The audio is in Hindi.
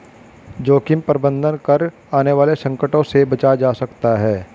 जोखिम प्रबंधन कर आने वाले संकटों से बचा जा सकता है